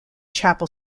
chapel